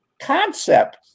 concept